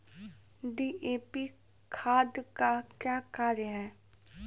DAP खाद का क्या कार्य हैं?